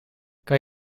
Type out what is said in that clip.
kan